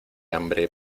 hambre